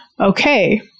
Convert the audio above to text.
okay